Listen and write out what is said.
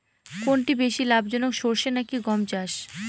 কোনটি বেশি লাভজনক সরষে নাকি গম চাষ?